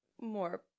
more